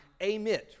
amit